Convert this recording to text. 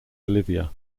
bolivia